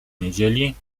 niedzieli